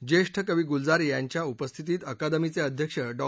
ज्येष्ठ कवी गुलज्ञार यांच्या उपस्थितीत अकादमीचे अध्यक्ष डॉ